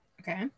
Okay